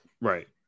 right